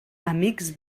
amics